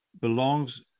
belongs